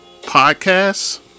Podcasts